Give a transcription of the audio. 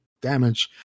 damage